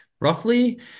roughly